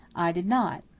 i did not.